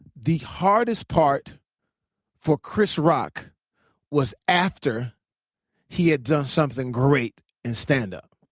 the hardest part for chris rock was after he had done something great in standup.